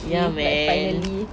ya man